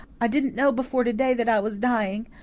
i didn't know before today that i was dying.